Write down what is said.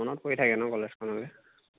মনত পৰি থাকে নহ্ কলেজখনলৈ